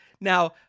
Now